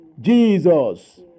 Jesus